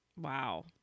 Wow